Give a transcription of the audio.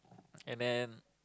and then